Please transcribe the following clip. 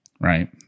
right